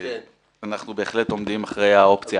אנחנו בהחלט אומרים אחרי האופציה.